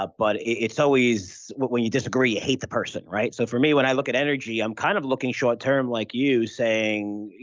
ah but it's always when you disagree, you hate the person, right? so, for me when i look at energy, i'm kind of looking short term like you saying,